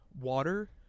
water